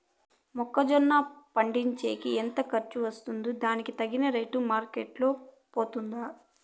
మొక్క జొన్న పండించేకి ఎంత ఖర్చు వస్తుందో దానికి తగిన రేటు మార్కెట్ లో పోతుందా?